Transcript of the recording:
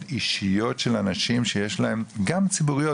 אישיות של אנשים שיש להם גם ציבוריות,